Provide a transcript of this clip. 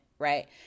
Right